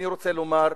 אני רוצה לומר,